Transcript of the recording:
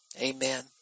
Amen